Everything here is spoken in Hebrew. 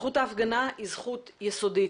זכות ההפגנה היא זכות יסודית